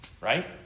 right